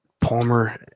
Palmer